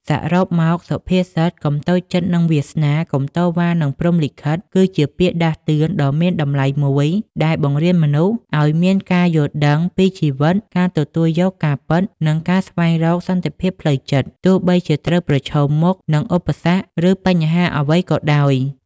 សរុបមក សុភាសិត កុំតូចចិត្តនឹងវាសនា កុំតវ៉ានឹងព្រហ្មលិខិត គឺជាពាក្យដាស់តឿនដ៏មានតម្លៃមួយ ដែលបង្រៀនមនុស្សឱ្យមានការយល់ដឹងពីជីវិត ការទទួលយកការពិត និងការស្វែងរកសន្តិភាពផ្លូវចិត្ត ទោះបីជាត្រូវប្រឈមមុខនឹងឧបសគ្គ ឬបញ្ហាអ្វីក៏ដោយ។